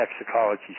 Ecology